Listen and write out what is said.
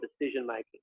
decision-making